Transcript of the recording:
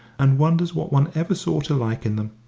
and wonders what one ever saw to like in them.